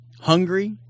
hungry